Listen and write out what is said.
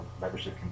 membership